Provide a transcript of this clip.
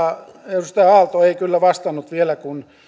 edustaja aalto ei kyllä vastannut vielä kun